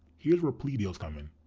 here's where plea deals come in.